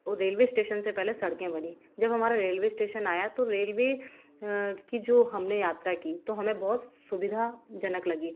और railway station से पहले सड़कें बनी जब हमारा रेलवे इस्टेशन आया तो रेलवे की जो हमने यात्रा की तो हमें बहुत सुविधाजनक लगी